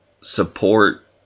support